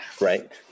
right